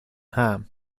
ham